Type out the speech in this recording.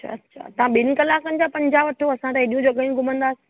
अच्छा अच्छा तां ॿिन कलाकनि जा पंजाहु वठो असां त एॾियूं जॻहियूं घुमंदासीं